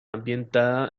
ambientada